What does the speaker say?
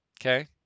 okay